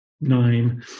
nine